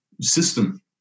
system